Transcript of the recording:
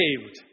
saved